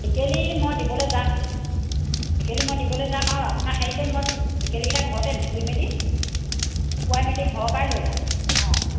টিকেলি মই দিবলৈ যাম টেকেলি মই দিবলৈ যাম আৰু আপোনাক হেৰি কৰি মই টেকেলিকেইটা ঘৰতে ধুই মেলি শুকুৱাই মেলি ঘৰৰপৰাই লৈ যাম অঁ